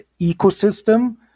ecosystem